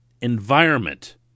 environment